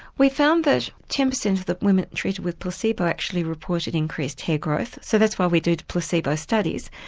we found that ten percent of the women treated with placebo actually reported increased hair growth so that's why we did placebo studies.